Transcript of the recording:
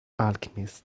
alchemist